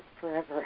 forever